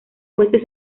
jueces